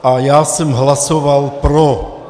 A já jsem hlasoval pro.